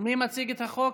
מי מציג את החוק?